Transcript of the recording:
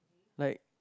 like